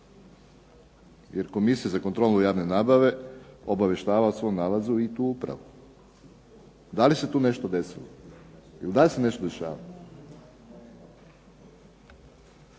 jer Komisija za kontrolu javne nabave obavještava o svom nalazu i tu upravu. Da li se tu nešto desilo ili da li se nešto dešava?